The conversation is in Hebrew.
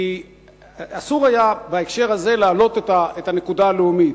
כי אסור היה בהקשר הזה להעלות את הנקודה הלאומית.